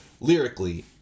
lyrically